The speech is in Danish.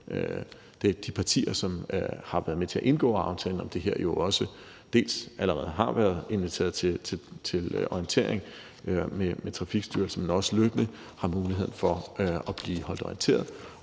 om, at de partier, som har været med til at indgå aftalen om det her, dels allerede har været inviteret til orientering med Trafikstyrelsen, dels også løbende har mulighed for at blive holdt orienteret